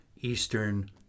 eastern